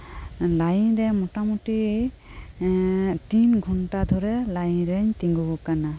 line ᱨᱮ ᱢᱚᱴᱟ ᱢᱩᱴᱤ ᱛᱤᱱ ᱜᱷᱚᱱᱴᱟ ᱫᱷᱚᱨᱮ ᱞᱟᱭᱤᱱ ᱨᱮᱧ ᱛᱤᱜᱩᱣᱟᱠᱟᱱᱟ